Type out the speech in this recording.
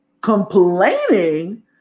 complaining